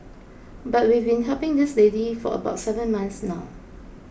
but we've been helping this lady for about seven months now